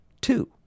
two